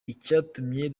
icyatumye